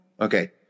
okay